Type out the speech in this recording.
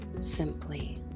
simply